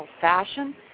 fashion